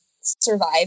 survive